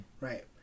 right